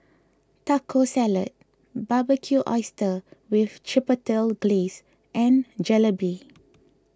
Taco Salad Barbecued Oysters with Chipotle Glaze and Jalebi